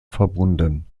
verbunden